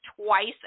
twice